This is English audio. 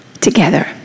together